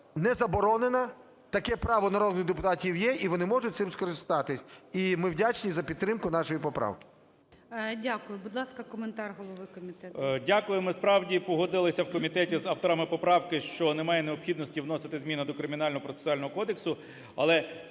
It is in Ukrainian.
не заборонена, таке право в народних депутатів є і вони можуть цим скористатись. І ми вдячні за підтримку нашої поправки. ГОЛОВУЮЧИЙ. Дякую. Будь ласка, коментар голови комітету. 13:55:48 КНЯЖИЦЬКИЙ М.Л. Дякую. Ми, справді, погодилися в комітеті з авторами поправки, що немає необхідності вносити зміни до Кримінально-процесуального кодексу. Але